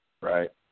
Right